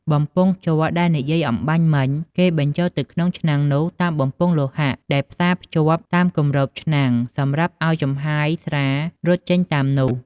បំពង់ជ័រដែលនិយាយអម្បាញ់មិញ គេបញ្ចូលទៅក្នុងឆ្នាំងនោះតាមបំពង់លោហៈដែលផ្សាភ្ជាប់តាមគម្របឆ្នាំងសម្រាប់ឲ្យចំហាយស្រារត់ចេញតាមនោះ។